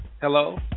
Hello